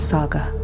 Saga